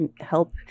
help